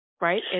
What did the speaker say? right